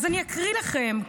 אני אקריא לכם,